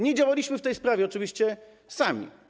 Nie działaliśmy w tej sprawie oczywiście sami.